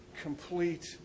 complete